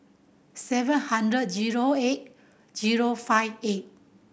seven hundred zero eight zero five eight